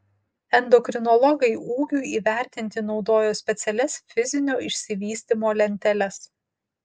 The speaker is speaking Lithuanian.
endokrinologai ūgiui įvertinti naudoja specialias fizinio išsivystymo lenteles